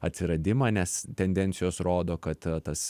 atsiradimą nes tendencijos rodo kad tas